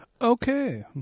Okay